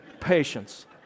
patience